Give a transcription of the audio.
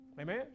Amen